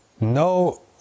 no